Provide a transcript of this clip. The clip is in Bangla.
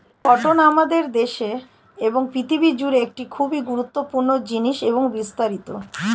কটন আমাদের দেশে এবং পৃথিবী জুড়ে একটি খুবই গুরুত্বপূর্ণ জিনিস এবং বিস্তারিত